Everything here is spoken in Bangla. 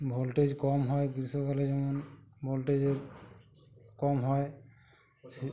ভোল্টেজ কম হয় গ্রীষ্মকালে যেমন ভোল্টেজের কম হয় শী